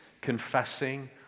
confessing